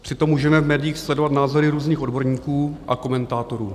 Při tom můžeme v médiích sledovat názory různých odborníků a komentátorů.